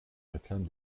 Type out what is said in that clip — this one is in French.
réclame